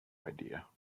idea